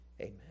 Amen